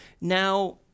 now